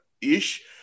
ish